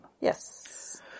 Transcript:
Yes